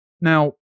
Now